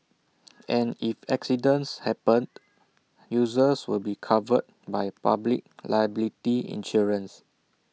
and if accidents happened users will be covered by public liability insurance